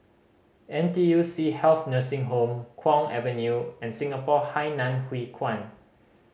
N T U C Health Nursing Home Kwong Avenue and Singapore Hainan Hwee Kuan